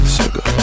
sugar